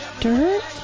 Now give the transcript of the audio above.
dirt